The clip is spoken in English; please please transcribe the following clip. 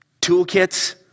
toolkits